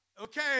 Okay